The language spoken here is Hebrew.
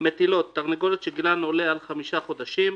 "מטילות" תרנגולות שגילן עולה על חמישה חודשים,